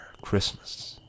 Christmas